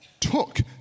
took